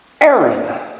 Aaron